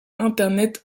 internet